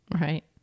Right